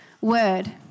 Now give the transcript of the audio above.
word